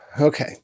okay